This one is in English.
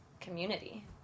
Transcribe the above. community